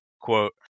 quote